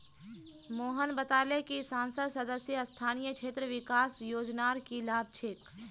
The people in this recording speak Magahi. मोहन बताले कि संसद सदस्य स्थानीय क्षेत्र विकास योजनार की लाभ छेक